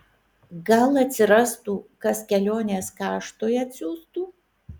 gal atsirastų kas kelionės kaštui atsiųstų